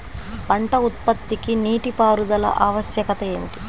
పంట ఉత్పత్తికి నీటిపారుదల ఆవశ్యకత ఏమిటీ?